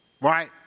right